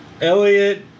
Elliot